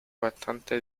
bastante